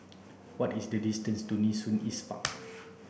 what is the distance to Nee Soon East Park